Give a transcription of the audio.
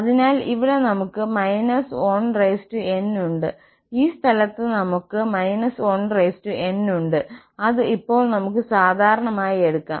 അതിനാൽ ഇവിടെ നമുക്ക് −1n ഉണ്ട് ഈ സ്ഥലത്തും നമുക്ക് −1n ഉണ്ട് അത് ഇപ്പോൾ നമുക്ക് സാധാരണമായി എടുക്കാം